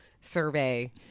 survey